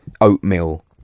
Oatmeal